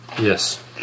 Yes